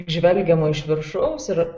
žvelgiama iš viršaus ir